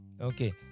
Okay